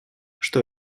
что